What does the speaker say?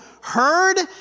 heard